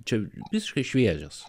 čia visiškai šviežias